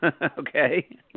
Okay